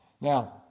Now